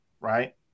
right